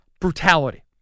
brutality